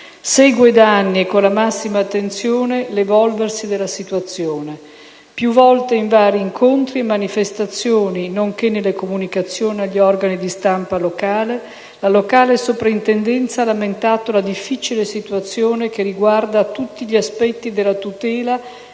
segue da anni e con la massima attenzione l'evolversi della situazione. Più volte, in vari incontri e manifestazioni, nonché nelle comunicazioni agli organi di stampa, la locale Sovrintendenza ha lamentato la difficile situazione che riguarda tutti gli aspetti della tutela